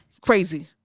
Crazy